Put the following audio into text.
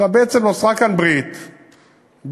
בעצם נוצרה כאן ברית בין,